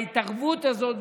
בהתערבות הזאת,